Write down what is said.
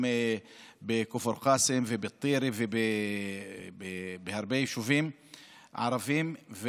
גם בכפר קאסם ובטירה ובהרבה יישובים ערביים.